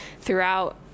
throughout